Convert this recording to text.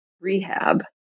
rehab